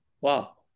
Wow